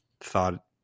thought